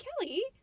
Kelly